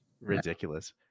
Ridiculous